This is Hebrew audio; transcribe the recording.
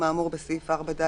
(4),